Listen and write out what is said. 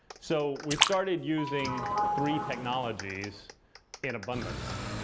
so we started using three technologies in abundance.